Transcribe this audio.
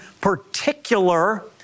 particular